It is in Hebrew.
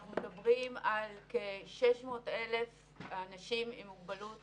אנחנו מדברים על כ-600,000 אנשים עם מוגבלות,